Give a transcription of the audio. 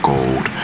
Gold